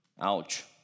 ouch